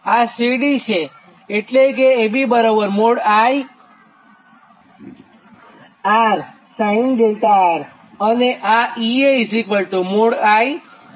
આ CD એટલે કે AB | I | R sin 𝛿R અને આ EA | I | R cos 𝛿R છે